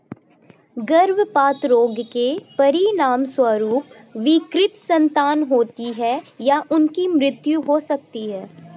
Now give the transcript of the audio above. गर्भपात रोग के परिणामस्वरूप विकृत संतान होती है या उनकी मृत्यु हो सकती है